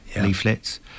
leaflets